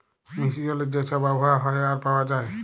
মিষ্টি জলের যে ছব আবহাওয়া হ্যয় আর পাউয়া যায়